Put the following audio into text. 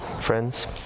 friends